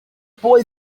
boy